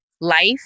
life